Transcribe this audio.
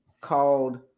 called